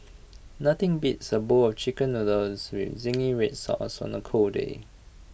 nothing beats A bowl of Chicken Noodles with Zingy Red Sauce on A cold day